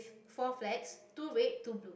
four flags two red two blue